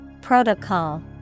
Protocol